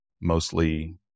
mostly